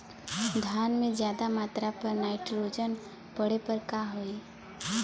धान में ज्यादा मात्रा पर नाइट्रोजन पड़े पर का होई?